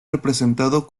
representado